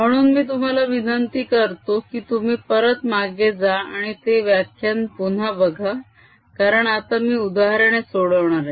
म्हणून मी तुम्हाला विनंती करतो की तुम्ही परत मागे जा आणि ते व्याख्यान पुन्हा बघा कारण आता मी उदाहरणे सोडवणार आहे